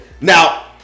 now